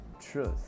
truth